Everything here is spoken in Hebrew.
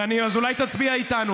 אז אולי תצביע איתנו.